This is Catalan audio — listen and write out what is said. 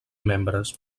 membres